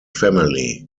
family